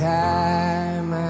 time